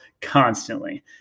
constantly